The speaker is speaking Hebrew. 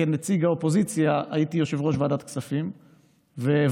כנציג האופוזיציה הייתי יושב-ראש ועדת הכספים והעברתי